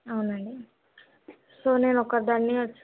అవునండి సో నేను ఒక్కదానినే వచ్చి